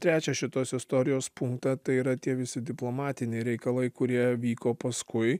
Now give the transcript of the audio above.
trečią šitos istorijos punktą tai yra tie visi diplomatiniai reikalai kurie vyko paskui